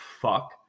fuck